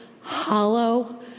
hollow